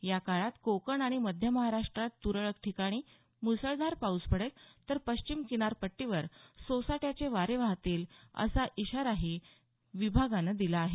या काळात कोकण अणि मध्य महाराष्ट्रात तुरळक ठिकाणी मुसळधार पाऊस पडेल तर पश्चिम किनारपट्टीवर सोसाट्याचे वारे वाहतील असा इशाराही विभागानं दिला आहे